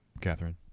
Catherine